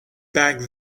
back